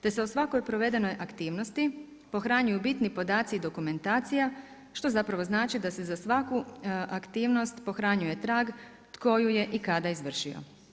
Te se o svakoj provedenoj aktivnosti pohranjuju bitni podaci i dokumentacija što zapravo znači da se za svaku aktivnost pohranjuje trag tko ju je i kada izvršio.